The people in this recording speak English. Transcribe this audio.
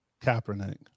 Kaepernick